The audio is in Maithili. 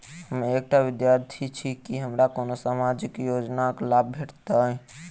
हम एकटा विद्यार्थी छी, की हमरा कोनो सामाजिक योजनाक लाभ भेटतय?